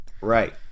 Right